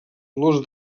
dolors